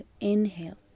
inhale